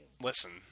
Listen